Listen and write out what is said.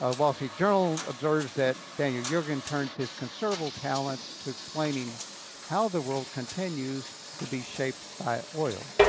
ah while sea journal observes that daniel yergin turns his considerable talents to explaining how the world continues to be shaped by oil.